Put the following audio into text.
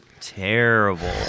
terrible